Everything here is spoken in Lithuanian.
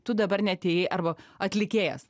tu dabar neatėjai arba atlikėjas